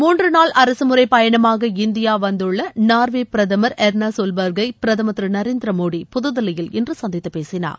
மூன்று நாள் அரசமுறைப் பயணமாக இந்தியா வந்துள்ள நா்வே பிரதமர் எர்னா சோல்பர்க்கை பிரதமர் திரு நரேந்திரமோடி புதுதில்லியில் இன்று சந்தித்து பேசினார்